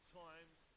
times